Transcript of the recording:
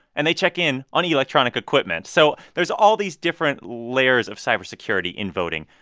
and they check in on electronic equipment. so there's all these different layers of cybersecurity in voting.